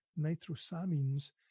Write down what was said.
nitrosamines